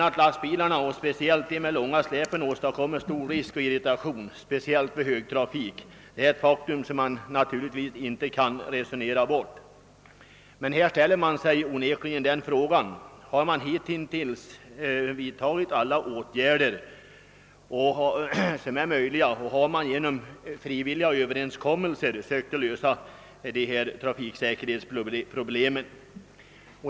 Att lastbilarna, speciellt de med långa släp, åstadkommer större risk och irritation, speciellt vid högtrafik, är ett faktum som inte kan resoneras bort. Men här ställer vi oss onekligen frågan: Har man hittills vidtagit alla åtgärder som är möjliga och har man genom frivilliga överenskommelser försökt lösa dessa trafiksäkerhetsproblem?